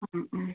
അ മ് മ് മ്